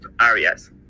areas